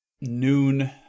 noon